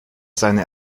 seine